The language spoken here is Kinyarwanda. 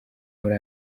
muri